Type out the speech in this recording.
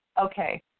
Okay